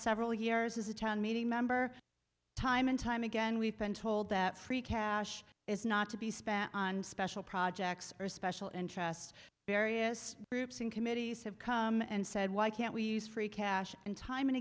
several years is a town meeting member time and time again we've been told that free cash is not to be spent on special projects or special interests various groups and committees have come and said why can't we use free cash and time and